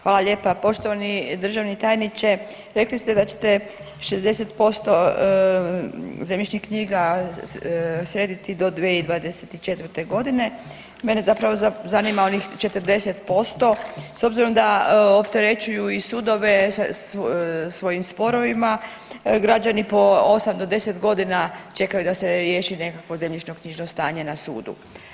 Hvala lijepa poštovani državni tajniče, rekli ste da ćete 60% zemljišnih knjiga srediti do 2024. g. Mene zapravo zanima onih 40% s obzirom da opterećuju i sudove svojim sporovima, građani po 8 do 10 godina čekaju da se riješi nekakvo zemljišnoknjižno stanje na sudu.